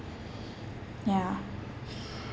ya